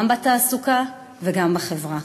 גם בתעסוקה וגם בחברה.